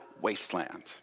wasteland